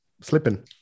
slipping